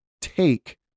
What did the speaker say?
take